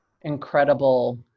incredible